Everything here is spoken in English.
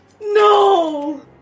No